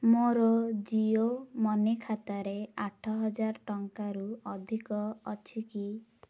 ମୋର ଜିଓ ମନି ଖାତାରେ ଆଠ ହଜାର ଟଙ୍କାରୁ ଅଧିକ ଅଛି କି